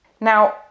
Now